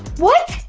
what?